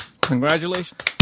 Congratulations